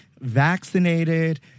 vaccinated